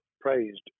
praised